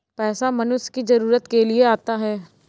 पैसा मनुष्य की जरूरत के लिए आता है